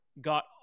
got